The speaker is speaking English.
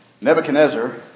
Nebuchadnezzar